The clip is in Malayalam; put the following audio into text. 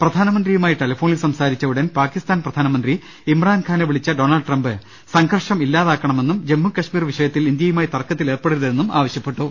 പ്രധാനമന്ത്രിയുമായി ടെലഫോണിൽ സംസാരിച്ചഉടൻ പാകിസ്ഥാൻ പ്രധാനമന്ത്രി ഇമ്രാൻഖാനെ വിളിച്ച ഡൊണാൾഡ് ട്രംപ് സംഘർഷം ഇല്ലാതാക്ക ണമെന്നും ജമ്മു കശ്മീർ വിഷയത്തിൽ ഇന്ത്യയുമായി തർക്കത്തിലേർപ്പെടരു തെന്നും ആവശ്യപ്പെട്ടു